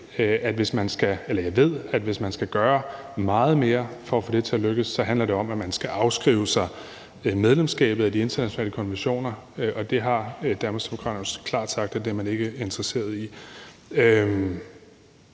jeg ved, at hvis man skal gøre meget mere for at få det til at lykkes, handler det om, at man skal afskrive sig medlemskabet af de internationale konventioner, og det har Danmarksdemokraterne klart sagt at man ikke er interesseret i.